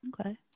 Okay